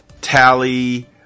Tally